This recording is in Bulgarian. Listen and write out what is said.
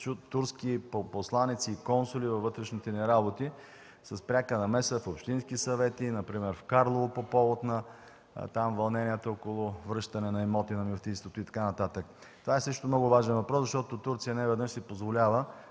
турски посланици и консули във вътрешните ни работи – с пряка намеса в общински съвети, например в Карлово по повод вълненията около връщане на имоти на Мюфтийството и така нататък. Това също е много важен въпрос, защото Турция неведнъж си позволява